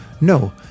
No